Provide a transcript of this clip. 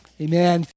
Amen